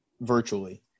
virtually